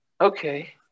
Okay